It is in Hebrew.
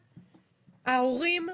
ההורים,